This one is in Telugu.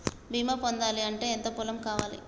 బీమా పొందాలి అంటే ఎంత పొలం కావాలి?